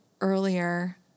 earlier